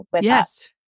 Yes